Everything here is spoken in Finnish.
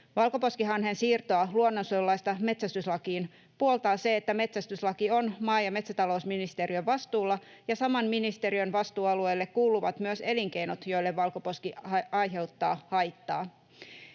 Valkoposkihanhen siirtoa luonnonsuojelulaista metsästyslakiin puoltaa se, että metsästyslaki on maa- ja metsätalousministeriön vastuulla ja saman ministeriön vastuualueelle kuuluvat myös elinkeinot, joille valkoposkihanhi aiheuttaa haittaa.